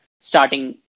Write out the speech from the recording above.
starting